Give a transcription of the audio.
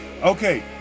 Okay